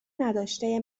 نداشته